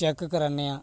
check कराने आं